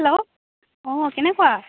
hello অঁ কেনেকুৱা